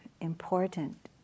important